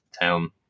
town